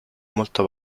molto